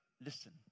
listen